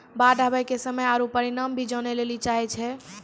बाढ़ आवे के समय आरु परिमाण भी जाने लेली चाहेय छैय?